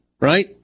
right